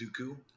Dooku